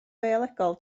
biolegol